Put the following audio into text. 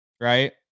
right